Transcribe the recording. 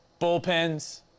bullpens